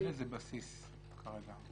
אין לזה בסיס כרגע.